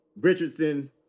Richardson